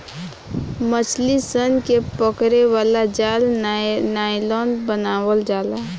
मछली सन के पकड़े वाला जाल नायलॉन बनावल जाला